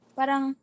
parang